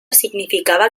significava